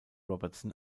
robertson